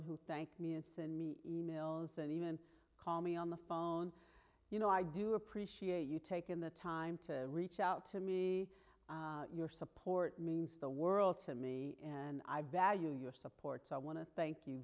and who thank me and send me e mails and even call me on the phone you know i do appreciate you taking the time to reach out to me your support means the world to me and i value your support so i want to thank you